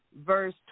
verse